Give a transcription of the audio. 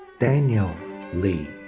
daniel li.